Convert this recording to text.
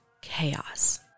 chaos